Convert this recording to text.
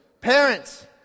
Parents